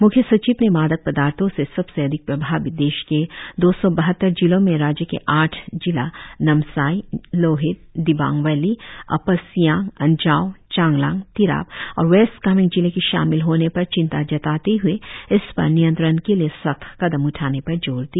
म्ख्य सचिव ने मादक पदार्थो से सबसे अधिक प्रभावित देश के दो सौ बहत्तर जिलों में राज्य के आठ जिला नामसाई लोहित दिबांग वैली अपर सियांग अंजाव चांगलांग तिराप और वेस्ट कामेंग जिले के शामिल होने पर चिंता जताते हए इस पर नियंत्रण के लिए सख्त कदम उठाने पर जोर दिया